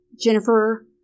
Jennifer